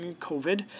COVID